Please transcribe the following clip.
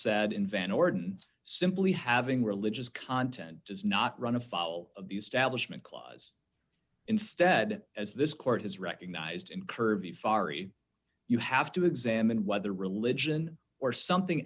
said in van orden simply having religious content does not run afoul of the establishment clause instead as this court has recognized and curvy firey you have to examine whether religion or something